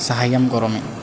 सहायं करोमि